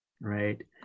right